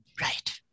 right